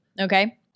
Okay